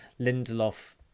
Lindelof